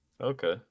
Okay